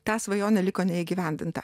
ta svajonė liko neįgyvendinta